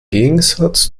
gegensatz